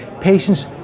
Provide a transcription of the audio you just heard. patients